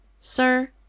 Sir